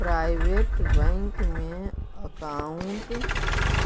private bank में account